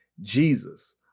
Jesus